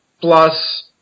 plus